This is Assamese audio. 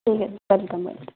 ঠিক আছে ৱেলকাম ৱেলকাম